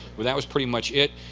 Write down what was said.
but that was pretty much it.